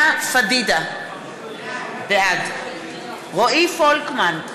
לאה פדידה, בעד רועי פולקמן,